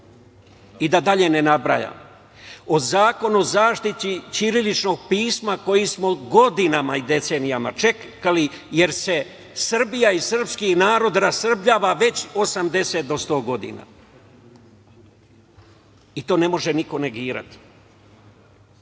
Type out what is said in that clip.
i da dalje ne nabrajam, Zakon o zaštiti ćiriličnog pisma, koji smo godinama i decenijama čekali, jer se Srbija i srpski narod rasrbljava već od 80 do 100 godina, i to ne može niko negirati. Izgradili